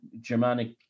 germanic